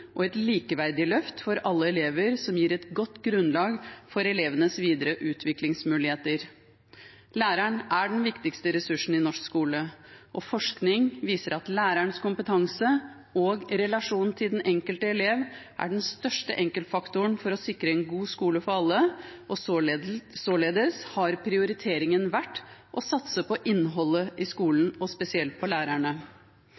og et likeverdig løft for alle elever, som gir et godt grunnlag for elevenes videre utviklingsmuligheter. Læreren er den viktigste ressursen i norsk skole. Forskning viser at lærerens kompetanse og relasjon til den enkelte elev er den største enkeltfaktoren for å sikre en god skole for alle, og således har prioriteringen vært å satse på innholdet i